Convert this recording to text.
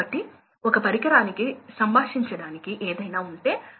కాబట్టి పంప్స్ యొక్క లీకేజ్ కి వెళ్తాము